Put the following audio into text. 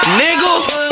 nigga